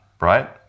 right